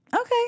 Okay